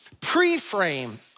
preframe